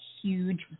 huge